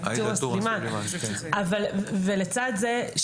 לצד זה,